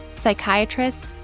psychiatrists